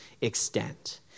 extent